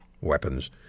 weapons